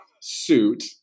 suit